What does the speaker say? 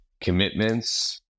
commitments